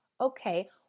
okay